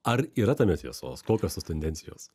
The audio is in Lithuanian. ar yra tame tiesos kokios tos tendencijos